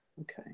okay